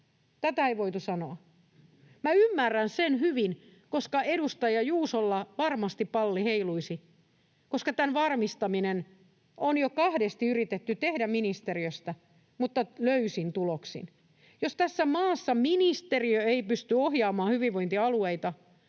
Tätä ei voitu sanoa. Minä ymmärrän sen hyvin, koska edustaja Juusolla varmasti palli heiluisi, koska tämän varmistaminen on jo kahdesti yritetty tehdä ministeriöstä mutta löysin tuloksin. Jos tässä maassa ministeriö ei pysty ohjaamaan hyvinvointialueita